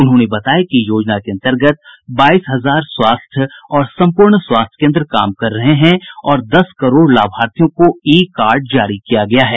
उन्होंने बताया कि योजना के अन्तर्गत बाईस हजार स्वास्थ्य और सम्पूर्ण स्वास्थ्य कोन्द्र काम कर रहे हैं और दस करोड़ लाभार्थियों को ई कार्ड जारी किया गया है